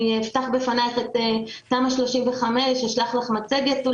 אני אפתח בפניך את תמ"א 35 ואשלח לך מצגת.